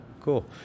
cool